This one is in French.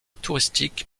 touristique